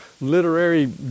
literary